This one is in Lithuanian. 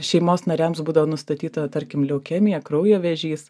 šeimos nariams būdavo nustatyta tarkim leukemija kraujo vėžys